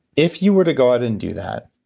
if you were to go out and do that,